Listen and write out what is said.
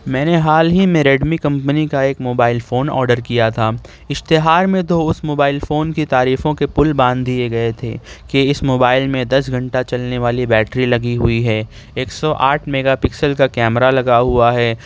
میں نے حال ہی میں ریڈ می کمپنی کا ایک موبائل فون آرڈر کیا تھا اشتہار میں تو اس موبائل فون کی تعریفوں کے پل باندھ دیئے گئے تھے کہ اس موبائل میں دس گھنٹہ چلنے والی بیٹری لگی ہوئی ہے ایک سو آٹھ میگا پکسل کا کیمرا لگا ہوا ہے